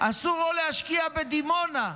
אסור לו להשקיע בדימונה,